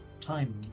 time